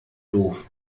doof